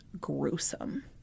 gruesome